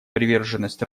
приверженность